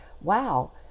wow